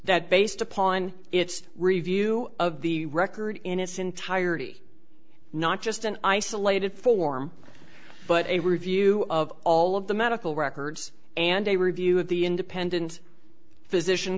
that based upon its review of the record in its entirety not just an isolated form but a review of all of the medical records and a review of the independent physician